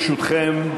ברשותכם,